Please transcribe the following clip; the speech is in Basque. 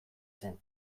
zen